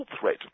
threat